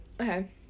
Okay